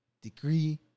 degree